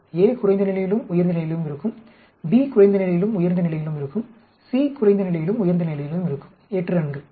a குறைந்த நிலையிலும் உயர்ந்த நிலையிலும் இருக்கும் b குறைந்த நிலையிலும் உயர்ந்த நிலையிலும் இருக்கும் c குறைந்த நிலையிலும் உயர்ந்த நிலையிலும் இருக்கும் 8 ரன்கள்